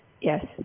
Yes